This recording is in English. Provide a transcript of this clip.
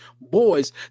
boys